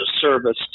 service